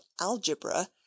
algebra